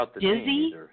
Dizzy